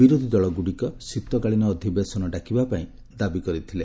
ବିରୋଧୀ ଦଳଗ୍ରଡ଼ିକ ଶୀତକାଳୀନ ଅଧିବେଶନ ଡାକିବାପାଇଁ ଦାବି କରିଥିଲେ